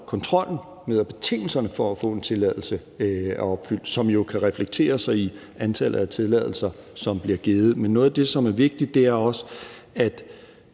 kontrollen med, at betingelserne for at få en tilladelse er opfyldt, hvilket jo kan reflekteres i antallet af tilladelser, som bliver givet. Men noget af det, som er vigtigt, er også, at